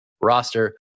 roster